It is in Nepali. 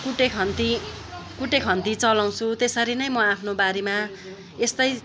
कुटे खन्ती कुटे खन्ती चलाउँछु त्यसरी नै म आफ्नो बारीमा यस्तै